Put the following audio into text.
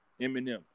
Eminem